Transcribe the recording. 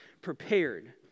prepared